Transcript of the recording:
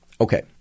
Okay